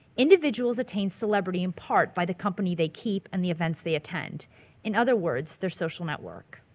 individuals attain celebrity in part by the company they keep and the events they attend in other words, their social network.